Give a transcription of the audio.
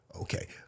Okay